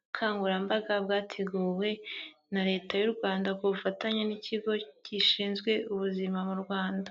Ubukangurambaga bwateguwe na leta y'u Rwanda ku bufatanye n'ikigo gishinzwe ubuzima mu Rwanda.